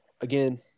again